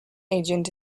agent